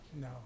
No